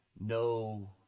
no